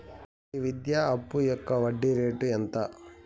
ఈ విద్యా అప్పు యొక్క వడ్డీ రేటు ఎంత?